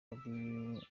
indakemwa